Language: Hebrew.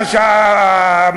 שלייקעס.